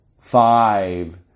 five